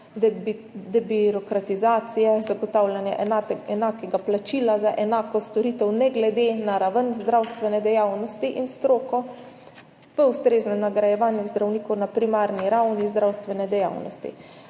debirokratizacije, zagotavljanje enakega plačila za enako storitev ne glede na raven zdravstvene dejavnosti in stroko, v ustreznem nagrajevanju zdravnikov na primarni ravni zdravstvene dejavnosti.